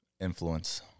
Influence